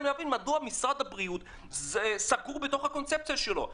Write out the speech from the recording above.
להבין מדוע משרד הבריאות סגור בתוך הקונספציה שלו.